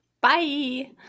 Bye